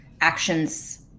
actions